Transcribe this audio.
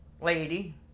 lady